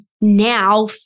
now